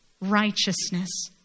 righteousness